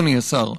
אדוני השר,